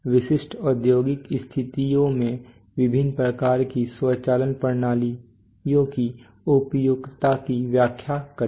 विशिष्ट औद्योगिक स्थितियों में विभिन्न प्रकार की स्वचालन प्रणालियों की उपयुक्तता की व्याख्या करें